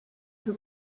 who